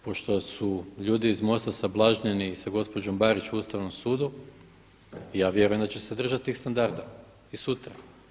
Pošto su ljudi iz MOST-a sablažnjeni sa gospođom Barić u Ustavnom sudu ja vjerujem da će se držati tih standarda i sutra.